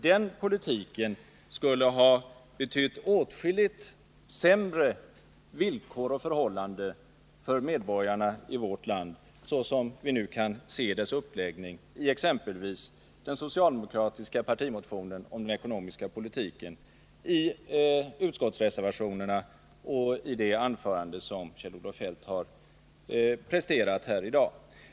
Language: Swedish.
Den politiken skulle ha betytt åtskilligt sämre villkor och förhållanden för medborgarna i vårt land, så som vi nu kan se den upplagd i exempelvis den socialdemokratiska partimotionen om den ekonomiska politiken, i utskottsreservationerna och i det anförande som Kjell-Olof Feldt har presterat här i dag.